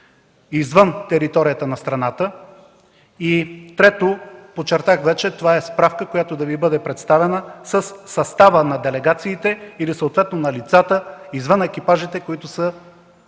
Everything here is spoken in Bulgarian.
извън територията на страната. Трето, както вече подчертах, това е справка, която да Ви бъде представена, със състава на делегациите или съответно на лицата извън екипажите, които са